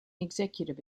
executive